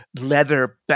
leather